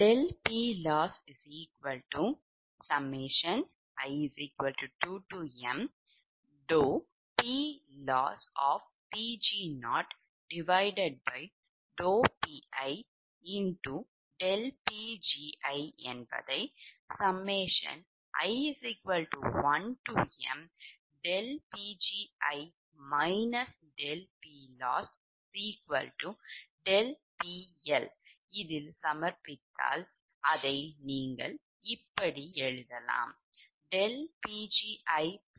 39 சமன்பாட்லிருந்து∆PLossi2mPLoss0Pi∆Pgi ஐ 36 சமன்பாட்டில் கொண்டால் i1m∆Pgi ∆PLoss∆PLஇதை நீங்கள் இப்படி எழுதலாம்